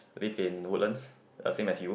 live in Woodlands as same as you